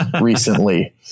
recently